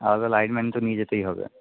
আলাদা লাইটম্যান তো নিয়ে যেতেই হবে